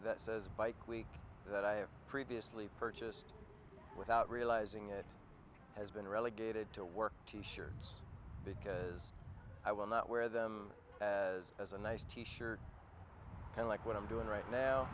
that says bike week that i have previously purchased without realizing it has been relegated to work t shirts because i will not wear them as as a nice t shirt and like what i'm doing right now